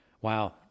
Wow